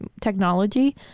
technology